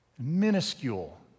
minuscule